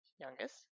youngest